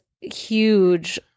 huge